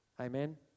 Amen